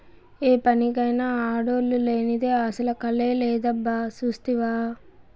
ఏ పనికైనా ఆడోల్లు లేనిదే అసల కళే లేదబ్బా సూస్తివా